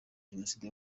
jenoside